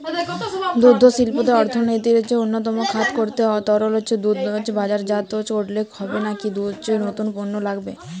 দুগ্ধশিল্পকে অর্থনীতির অন্যতম খাত করতে তরল দুধ বাজারজাত করলেই হবে নাকি নতুন পণ্য লাগবে?